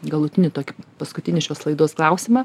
galutinį tokį paskutinį šios laidos klausimą